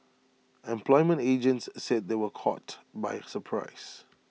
employment agents said they were caught by surprise